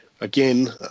Again